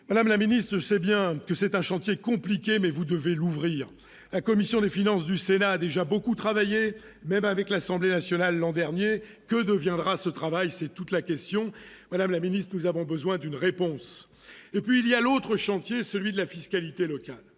madame la ministre sait bien que c'est un chantier compliqué mais vous devez l'ouvrir la commission des finances du Sénat a déjà beaucoup travaillé, même avec l'Assemblée nationale l'an dernier, que deviendra ce travail, c'est toute la question, voilà la milice, nous avons besoin d'une réponse et puis, il y a l'autre chantier, celui de la fiscalité locale,